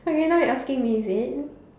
okay now you asking me is it